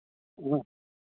हां